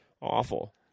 awful